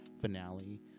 finale